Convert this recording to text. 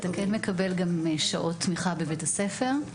אתה כן מקבל גם שעות תמיכה בבית הספר,